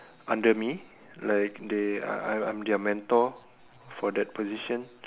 under me like they I I I'm their mentor for that position